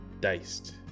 diced